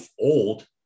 old